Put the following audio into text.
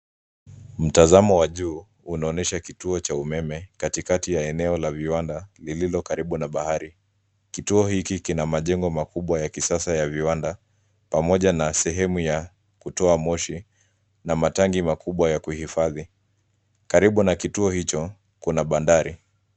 Mtazamo wa juu unaonyesha kituo cha umeme katikati ya eneo la viwanda lililo karibu na bahari. Kituo hiki kina majengo makubwa ya kisasa ya viwanda, pamoja na sehemu ya kutoa moshi na matanki makubwa ya kuhifadhi. Karibu na kituo hicho kuna bandari.